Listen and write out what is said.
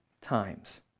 times